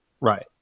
Right